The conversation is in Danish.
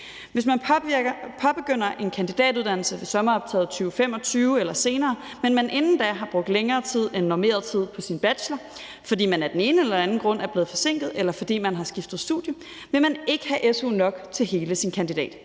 Hvis man påbegynder en kandidatuddannelse ved sommeroptaget i 2025 eller senere, men man inden da har brugt længere tid end normeret tid på sin bachelor, fordi man af den ene eller den anden grund er blevet forsinket, eller fordi man har skiftet studie, vil man ikke have su nok til hele sin kandidat.